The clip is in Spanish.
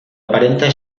aparenta